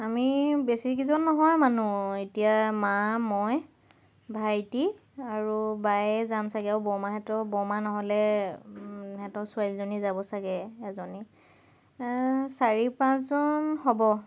আমি বেছি কেইজন নহয় মানুহ এতিয়া মা মই ভাইটি আৰু বায়ে যাম চাগৈ আৰু বৰমাহঁতৰ বৰমা নহ'লে সিহঁতৰ ছোৱালীজনী যাব চাগৈ এজনী চাৰি পাঁচজন হ'ব